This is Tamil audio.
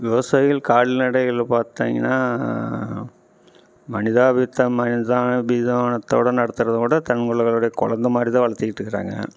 விவசாயிகள் கால்நடைகளை பார்த்தீங்கனா மனிதாபித்த மனிதா பிதானத்தோட நடத்துகிறத விட தங்களோட குழந்த மாதிரிதான் வளர்த்திக்கிட்டு இருக்கிறாங்க